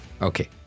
Okay